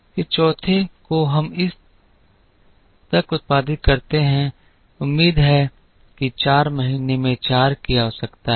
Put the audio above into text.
फिर चौथे को हम इस तक उत्पादित करते हैं उम्मीद है कि 4 महीने में 4 की आवश्यकता है